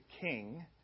king